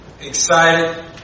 excited